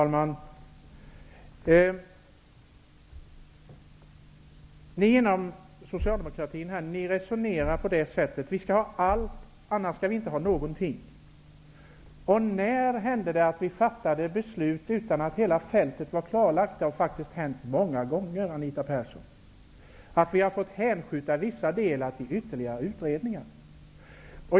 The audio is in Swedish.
Herr talman! Ni inom socialdemokratin resonerar på det här sättet: Vi skall ha allt, annars skall vi inte ha någonting. När hände det att vi fattade beslut utan att hela fältet var klarlagt? Ja, det har hänt många gånger att vi har fått hänskjuta vissa delar till ytterligare utredningar.